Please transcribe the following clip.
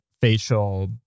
facial